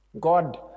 God